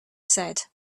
said